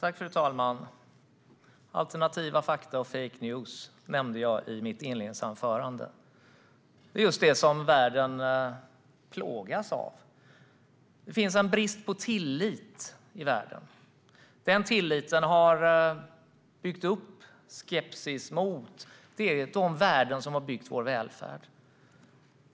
Fru talman! Alternativa fakta och fake news nämnde jag i mitt inledningsanförande. Det är just det som världen plågas av. Det finns en brist på tillit i världen. Den bristen har byggt upp skepsis mot de värden som har byggt vår välfärd.